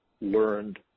learned